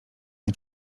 nie